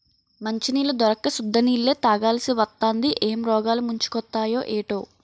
మంచినీళ్లు దొరక్క సుద్ద నీళ్ళే తాగాలిసివత్తాంది ఏం రోగాలు ముంచుకొత్తయే ఏటో